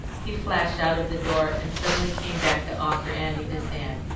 he flashed out of the door, and suddenly came back to offer annie his hand.